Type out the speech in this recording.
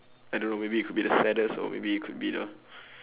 I don't know maybe it could be the saddest or maybe it could be the